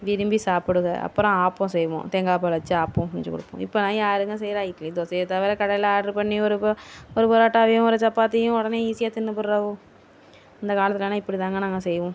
விரும்பி சாப்பிடுங்க அப்புறம் ஆப்பம் செய்வோம் தேங்காப்பால் வச்சு ஆப்பம் செஞ்சு கொடுப்போம் இப்பெலாம் யாருங்க செய்கிறா இட்லி தோசையை தவிர கடையில் ஆட்ரு பண்ணி ஒரு புரோட்டாவையும் ஒரு சப்பாத்தியையும் உடனே ஈஸியாக தின்று புடுராவோ அந்த காலத்துலெலாம் இப்படிதான் நாங்கள் செய்வோம்